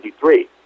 1993